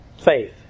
faith